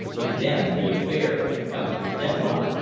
to them the affair had come to a deadlock.